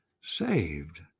saved